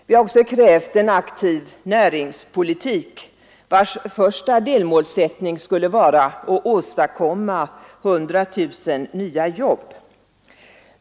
Vi har också krävt en aktiv näringspolitik, vars första delmålsättning skulle vara att åstadkomma 100 000 nya jobb.